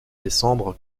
décembre